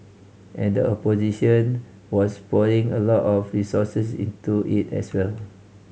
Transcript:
and the opposition was pouring a lot of resources into it as well